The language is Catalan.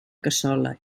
cassola